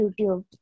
YouTube